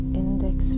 index